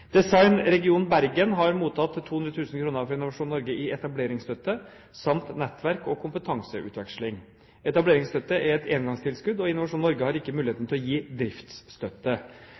Design Region Bergen har mottatt 200 000 kr fra Innovasjon Norge i etableringstøtte samt støtte til nettverk og kompetanseutveksling. Etableringsstøtte er et engangstilskudd, og Innovasjon Norge har ikke mulighet til å gi driftsstøtte.